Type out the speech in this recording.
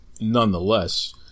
nonetheless